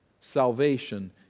Salvation